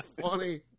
funny